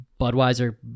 Budweiser